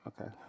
okay